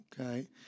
Okay